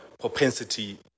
propensity